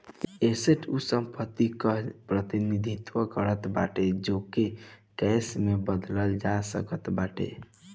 asset उ संपत्ति कअ प्रतिनिधित्व करत बाटे जेके कैश में बदलल जा सकत बाटे